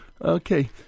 Okay